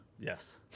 Yes